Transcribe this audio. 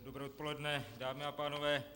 Dobré odpoledne, dámy a pánové.